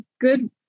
good